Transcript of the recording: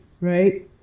right